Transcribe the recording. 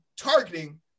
targeting